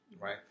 right